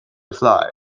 fly